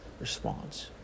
response